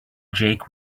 jake